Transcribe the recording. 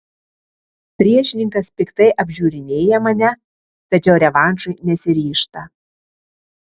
priešininkas piktai apžiūrinėja mane tačiau revanšui nesiryžta